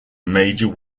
major